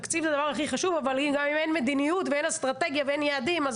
תקציב זה הדבר הכי חשוב אבל אם אין מדיניות ואין אסטרטגיה ואין יעדים,